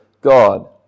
god